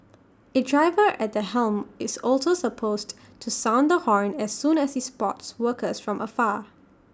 A driver at the helm is also supposed to sound the horn as soon as he spots workers from afar